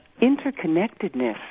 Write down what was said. interconnectedness